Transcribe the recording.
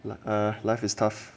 a life is tough